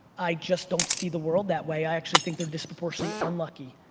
i just don't see the world that way. i actually think they're disproportionately unlucky.